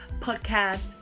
podcast